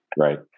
Right